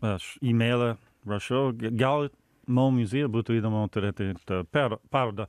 aš imeilą rašau gi gal mo muziejui būtų įdomu turėti per parodą